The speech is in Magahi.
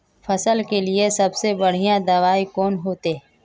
फसल के लिए सबसे बढ़िया दबाइ कौन होते?